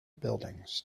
buildings